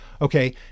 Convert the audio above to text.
okay